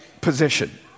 position